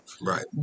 Right